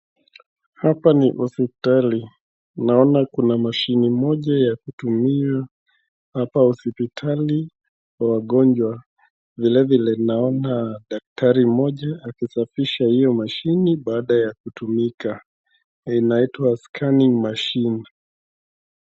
Hapa ni hospitali. Naona kuna mashini moja ya kutumia hapa hospitali kwa wagonjwa. Vile vile naona daktari mmoja akisafisha hiyo mashini baada ya kutumika. Inaitwa scanning machine .